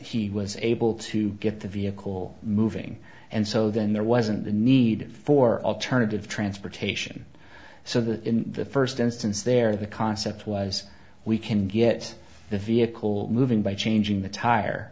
he was able to get the vehicle moving and so then there wasn't a need for alternative transportation so the in the first instance there the concept was we can get the vehicle moving by changing the tire